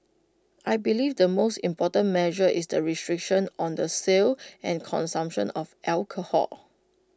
I believe the most important measure is the restriction on the sale and consumption of alcohol